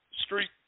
street